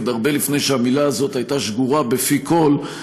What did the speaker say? עוד הרבה לפני שהמילה הזאת הייתה שגורה בפי כול,